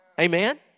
Amen